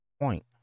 point